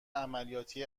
عملیاتی